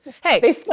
Hey